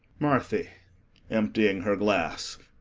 marthy emptying her glass.